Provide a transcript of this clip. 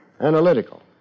Analytical